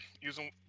using